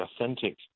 authentic